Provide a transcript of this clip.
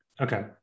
Okay